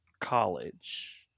college –